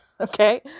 okay